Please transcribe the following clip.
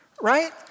right